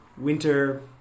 winter